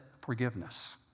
forgiveness